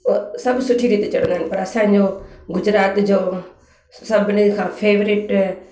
सभु सुठी रीति चढ़ंदा आहिनि पर असांजो गुजरात जो सभिनी खां फेवरेट